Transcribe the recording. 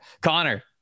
Connor